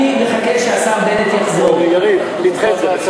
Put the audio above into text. אני מחכה שהשר בנט יחזור, יריב, נדחה את זה.